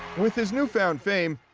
with his newfound fame,